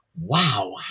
wow